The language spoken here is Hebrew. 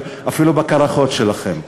אפילו בקרחות שלהם.